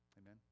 Amen